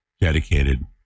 dedicated